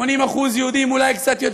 80% יהודים, אולי קצת יותר.